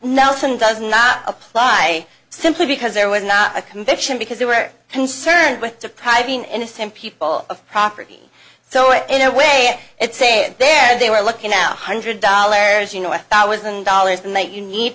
nelson does not apply simply because there was not a conviction because they were concerned with depriving the same people of property so in a way it's saying they were looking out hundred dollars you know a thousand dollars a night you need